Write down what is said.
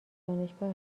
دانشگاه